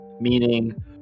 Meaning